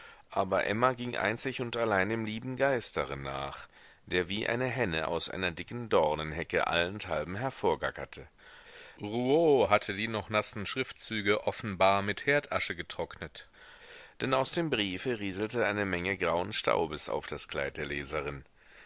aber emma ging einzig und allein dem lieben geist darin nach der wie eine henne aus einer dicken dornenhecke allenthalben hervorgackerte rouault hatte die noch nassen schriftzüge offenbar mit herdasche getrocknet denn aus dem briefe rieselte eine menge grauen staubes auf das kleid der leserin